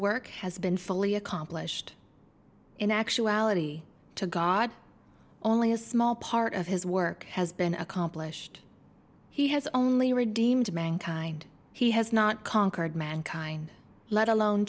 work has been fully accomplished in actuality to god only a small part of his work has been accomplished he has only redeemed mankind he has not conquered mankind let alone